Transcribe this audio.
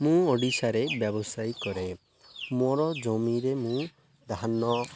ମୁଁ ଓଡ଼ିଶାରେ ବ୍ୟବସାୟୀ କରେ ମୋର ଜମିରେ ମୁଁ ଧାନ